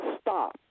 stop